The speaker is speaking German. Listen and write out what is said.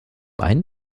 ein